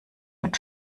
mit